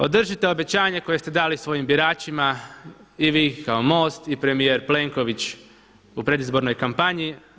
Održite obećanje koje ste dali svojim biračima i vi kao MOST i premijer Plenković u predizbornoj kampanji.